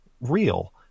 real